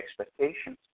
expectations